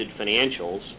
financials